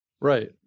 Right